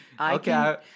Okay